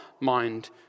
mind